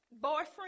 boyfriend